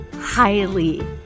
highly